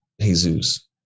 Jesus